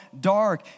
dark